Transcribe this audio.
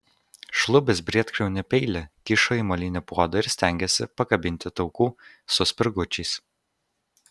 šlubis briedkriaunį peilį kišo į molinį puodą ir stengėsi pakabinti taukų su spirgučiais